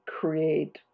create